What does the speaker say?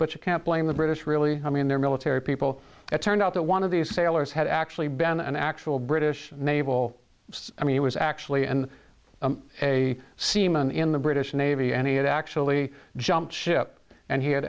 but you can't blame the british really i mean their military people it turned out that one of these sailors had actually been an actual british naval i mean it was actually and a seaman in the british navy and he had actually jumped ship and he had